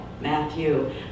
Matthew